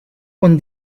con